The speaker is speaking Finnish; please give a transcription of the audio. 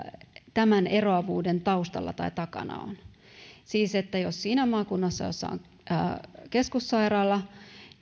tämän eroavuuden taustalla tai takana on siis jos siinä maakunnassa jossa on keskussairaala